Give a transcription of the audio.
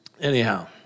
anyhow